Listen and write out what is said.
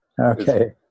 Okay